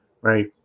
right